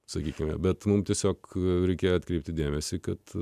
sakykime bet mums tiesiog reikėjo atkreipti dėmesį kad